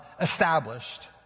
established